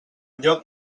lloc